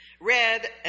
Red